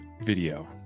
video